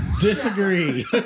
Disagree